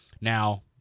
Now